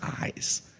eyes